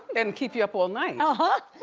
and keep you up all night. ah huh.